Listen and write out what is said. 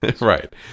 Right